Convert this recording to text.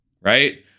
right